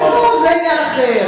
עזוב, זה עניין אחר.